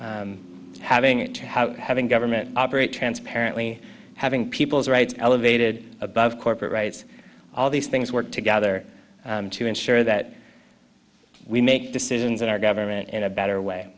how having government operate transparently having people's rights elevated above corporate rights all these things work together to ensure that we make decisions in our government in a better way